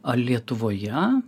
ar lietuvoje